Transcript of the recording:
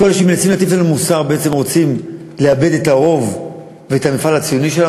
כל מי שמטיפים לנו מוסר רוצים לאבד את הרוב היהודי ואת המפעל הציוני,